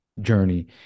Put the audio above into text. journey